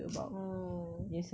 orh